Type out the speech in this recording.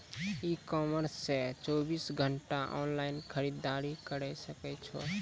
ई commerce से चौबीस घंटा ऑनलाइन खरीदारी करी सकै छो